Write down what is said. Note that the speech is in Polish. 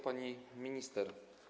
Pani Minister!